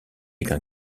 qu’un